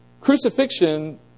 crucifixion